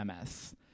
MS